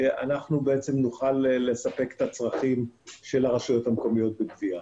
אנחנו נוכל לספק את הצרכים של הרשויות המקומיות בגבייה.